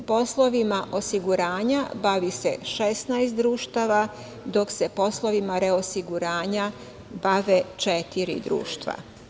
Poslovima osiguranja bavi se 16 društava, dok se poslovima reosiguranja bave četiri društva.